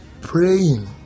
praying